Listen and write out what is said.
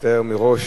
אני מצטער מראש.